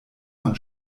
man